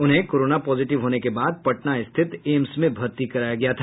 उन्हें corona positive होने के बाद पटना स्थित एम्स में भर्ती कराया गया था